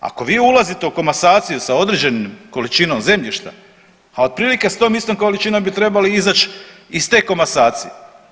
Ako vi ulazite u komasacije sa određenom količinom zemljišta, a otprilike s tom istom količinom bi trebali izaći iz te komasacije.